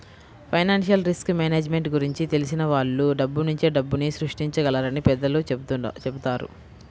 financial risk management గురించి తెలిసిన వాళ్ళు డబ్బునుంచే డబ్బుని సృష్టించగలరని పెద్దలు చెబుతారు